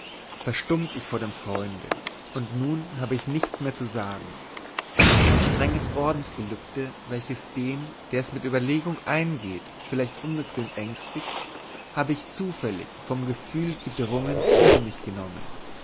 verstummt ich vor dem freunde und nun habe ich nichts mehr zu sagen ein strenges ordensgelübde welches den der es mit überlegung eingeht vielleicht unbequem ängstiget habe ich zufällig vom gefühl gedrungen über mich genommen